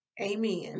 Amen